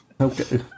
okay